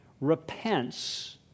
repents